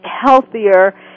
healthier